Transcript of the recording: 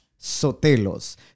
Sotelos